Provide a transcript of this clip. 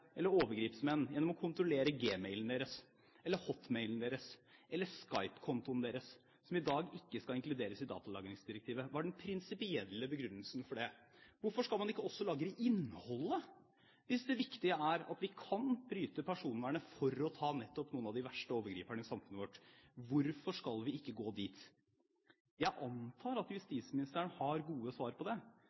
eller overgrepsmenn gjennom å kontrollere Gmailen deres eller Hotmailen deres eller Skype-kontoen deres, som i dag ikke skal inkluderes i datalagringsdirektivet? Hva er den prinsipielle begrunnelsen for det? Hvorfor skal man ikke også lagre innholdet, hvis det viktige er at vi kan bryte personvernet for å ta nettopp noen av de verste overgriperne i samfunnet vårt? Hvorfor skal vi ikke gå dit? Jeg antar at justisministeren har gode svar på det,